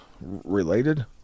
related